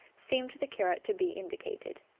seemed to the curate to be indicated.